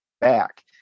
back